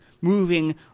moving